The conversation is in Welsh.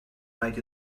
raid